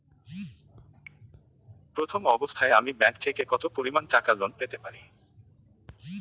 প্রথম অবস্থায় আমি ব্যাংক থেকে কত পরিমান টাকা লোন পেতে পারি?